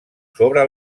sobre